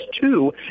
two